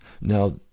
Now